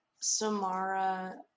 Samara